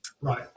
right